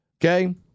Okay